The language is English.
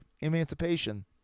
emancipation